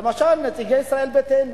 שלמשל נציגי ישראל ביתנו